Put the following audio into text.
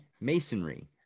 Masonry